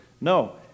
No